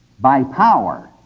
by power,